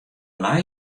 lei